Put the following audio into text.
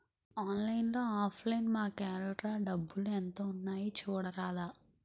ఆన్లైన్లో offline మాకేఏల్రా డబ్బులు ఎంత ఉన్నాయి చూడరాదా